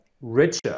richer